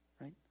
right